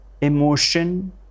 emotion